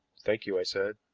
thank you, i said.